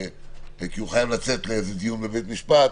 כי הוא חייב לצאת לאיזה דיון בבית משפט,